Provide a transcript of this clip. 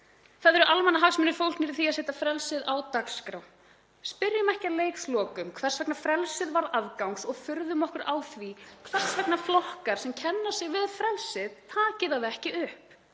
Það eru almannahagsmunir fólgnir í því að setja frelsið á dagskrá. Spyrjum ekki að leikslokum, hvers vegna frelsið varð afgangs og furðum okkur á því hvers vegna flokkar sem kenna sig við frelsið taki það ekki upp.